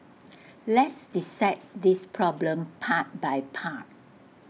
let's dissect this problem part by part